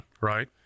Right